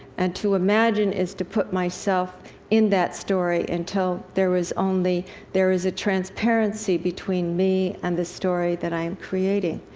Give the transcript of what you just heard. and to imagine is to put myself in that story, until there was only there is a transparency between me and the story that i am creating.